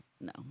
no